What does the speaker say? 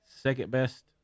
second-best